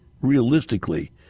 realistically